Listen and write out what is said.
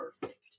perfect